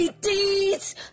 deeds